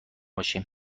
باشیم